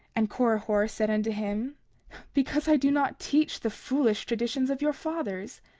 and korihor said unto him because i do not teach the foolish traditions of your fathers,